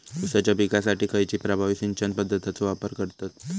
ऊसाच्या पिकासाठी खैयची प्रभावी सिंचन पद्धताचो वापर करतत?